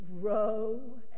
grow